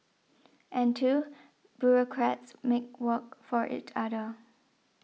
and two bureaucrats make work for each other